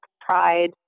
pride